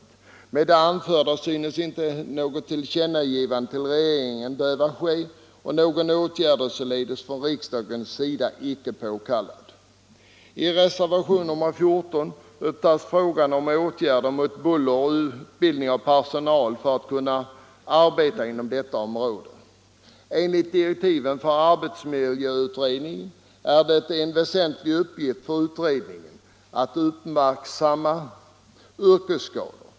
Med hänvisning till det anförda anser jag att något tillkännagivande till regeringen inte behöver ske, och någon åtgärd från riksdagens sida synes således inte påkallad. Enligt direktiven för arbetsmiljöutredningen är det en väsentlig uppgift för utredningen att uppmärksamma yrkesskador.